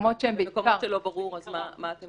מקומות שלא ברור, אז מה?